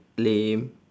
lame